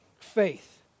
faith